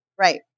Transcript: Right